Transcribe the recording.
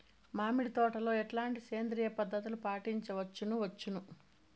మామిడి తోటలో ఎట్లాంటి సేంద్రియ పద్ధతులు పాటించవచ్చును వచ్చును?